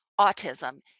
autism